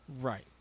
Right